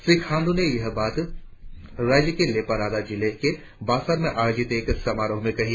श्री खांडू ने यह बात राज्य के लेपा राडा जिले के बसार में आयोजित एक समारोह में कही